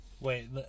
wait